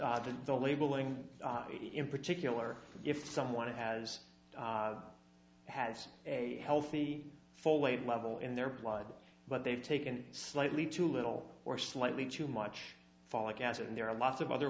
labeling in particular if someone has has a healthy full weight level in their blood but they've taken slightly too little or slightly too much folic acid and there are lots of other